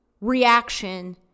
reaction